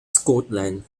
scotland